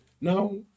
now